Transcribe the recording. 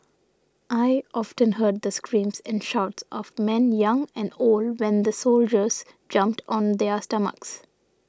I often heard the screams and shouts of men young and old when the soldiers jumped on their stomachs